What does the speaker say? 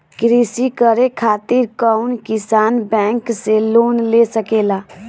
कृषी करे खातिर कउन किसान बैंक से लोन ले सकेला?